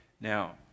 now